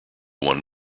one